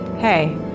Hey